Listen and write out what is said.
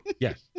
Yes